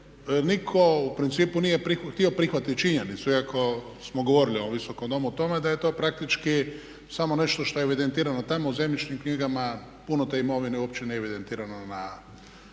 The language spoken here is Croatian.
nitko u principu nije htio prihvatiti činjenicu iako smo govorili u Visokom domu o tome da je to praktički samo nešto što je evidentirano tamo u zemljišnim knjigama puno te imovine je uopće ne evidentirano na